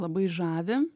labai žavi